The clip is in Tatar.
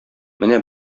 менә